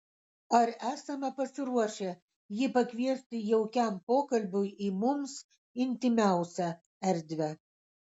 ar esame pasiruošę jį pakviesti jaukiam pokalbiui į mums intymiausią erdvę